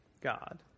God